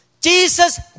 Jesus